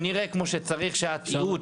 שנראה כמו שצריך שהתיעוד,